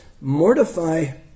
Mortify